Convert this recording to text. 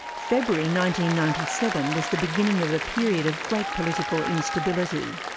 february ninety ninety seven was the beginning of a period of great political instability.